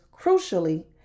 crucially